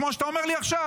כמו שאתה אומר לי עכשיו,